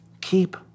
keep